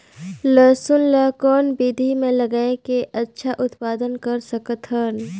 लसुन ल कौन विधि मे लगाय के अच्छा उत्पादन कर सकत हन?